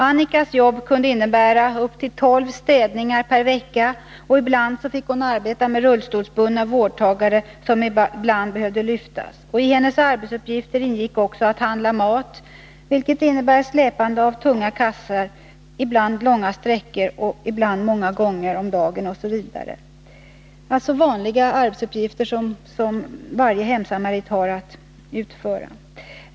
Annikas jobb kunde innebära upp till tolv städningar per vecka, och ibland fick hon arbeta med rullstolsbundna vårdtagare, som ibland behöver lyftas. I hennes arbetsuppgifter ingick också att handla mat, vilket innebär släpande av tunga kassar, ibland långa sträckor och ibland många gånger om dagen, osv. Det rör sig om vanliga arbetsuppgifter som varje hemsamarit har att utföra.